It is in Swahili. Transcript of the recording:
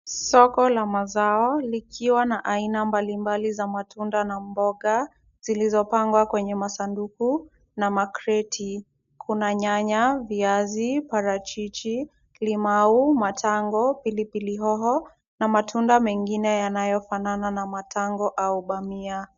Soko la mazao likiwa na aina mbalimbali ya matunda na mboga zilizopangwa kwenye masanduku na makreti .Kuna nyanya ,viazi na parachichi ,limau matango, pilipili hoho na matunda mengine yanayofanana na matango au bamia.